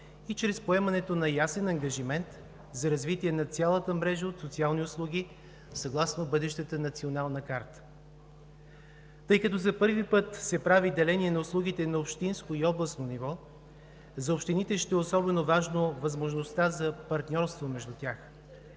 и чрез поемането на ясен ангажимент за развитие на цялата мрежа от социални услуги съгласно бъдещата Национална карта. Тъй като за първи път се прави деление на услугите на общинско и областно ниво, за общините ще е особено важна възможността за партньорство между тях.